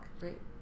Right